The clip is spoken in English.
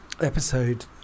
episode